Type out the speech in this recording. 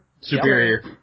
Superior